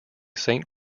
saint